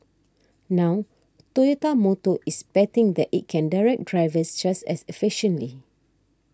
now Toyota Motor is betting that it can direct drivers just as efficiently